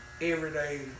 everyday